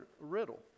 riddle